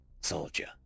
soldier